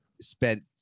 spent